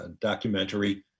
documentary